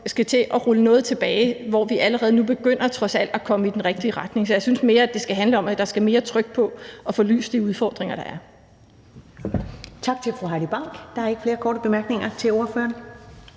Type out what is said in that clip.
skal til at rulle noget tilbage nu, hvor vi allerede trods alt begynder at komme i den rigtige retning. Så jeg synes mere, at det skal handle om, at der skal mere tryk på at få løst de udfordringer, der er.